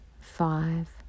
five